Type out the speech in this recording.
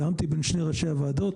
תיאמתי בין שני ראשי הוועדות,